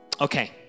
Okay